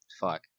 Fuck